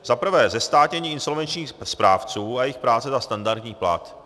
Za prvé zestátnění insolvenčních správců a jejich práce za standardní plat.